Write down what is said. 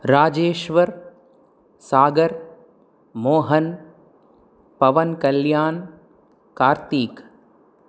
Rajeshwar Sagar Mohan Pawan Kalyan Kartik